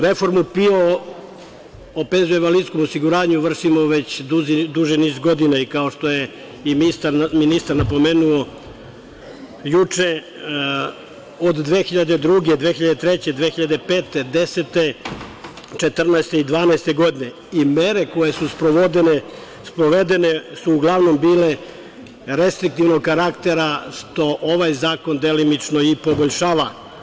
Reformu PIO o penziono-invalidskom osiguranju vršimo već duži niz godina i kao što je i ministar napomenuo juče – od 2002, 2003, 2005, 2010, 2014. i 2012. godine i mere koje su sprovedene su uglavnom bile restriktivnog karaktera, što ovaj zakon delimično i poboljšava.